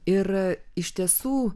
ir iš tiesų